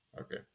Okay